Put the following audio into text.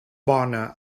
bona